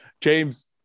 James